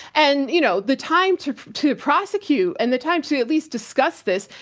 and, you know, the time to to prosecute, and the time to at least discuss this,